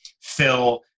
Phil